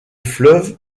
fleuve